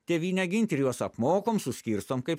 tėvynę ginti ir juos apmokom suskirstom kaip